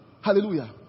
Hallelujah